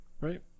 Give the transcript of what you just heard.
Right